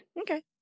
Okay